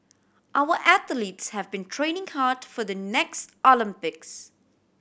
our athletes have been training hard for the next Olympics